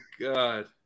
God